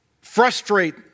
frustrate